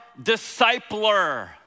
discipler